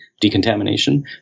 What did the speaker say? decontamination